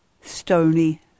stony